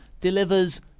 delivers